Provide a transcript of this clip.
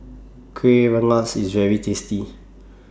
Kuih Rengas IS very tasty